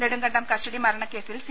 Nedumkandam custody മരണക്കേസിൽ C